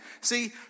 See